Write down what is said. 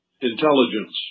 intelligence